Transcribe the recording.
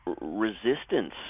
resistance